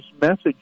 message